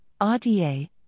RDA